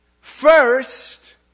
first